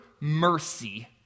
mercy